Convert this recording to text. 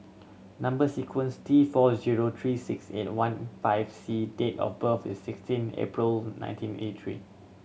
number sequence T four zero three six eight one five C date of birth is sixteen April nineteen eighty three